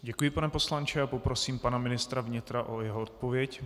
Děkuji, pane poslanče, a poprosím pana ministra vnitra o jeho odpověď.